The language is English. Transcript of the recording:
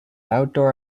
outdoor